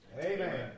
Amen